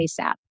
ASAP